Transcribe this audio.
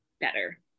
better